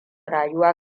rayuwa